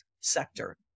sector